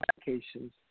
applications